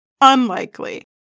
unlikely